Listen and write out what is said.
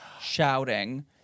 shouting